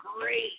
great